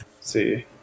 See